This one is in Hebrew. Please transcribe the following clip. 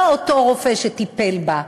לא אותו רופא שטיפל בה,